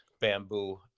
bamboo